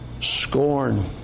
Scorn